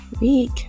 week